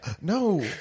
No